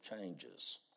changes